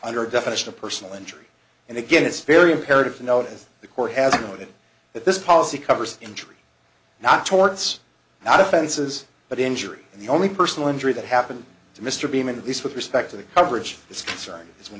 under a definition of personal injury and again it's very imperative to know it is the court has noted that this policy covers injury not torts not offenses but injury and the only personal injury that happened to mr beeman at least with respect to the coverage is concerning is when